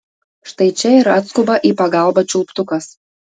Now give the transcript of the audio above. štai čia ir atskuba į pagalbą čiulptukas